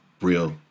real